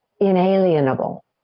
inalienable